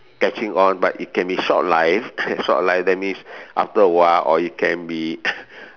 catching on but it can be shortlived shortlived that means after a while or it can be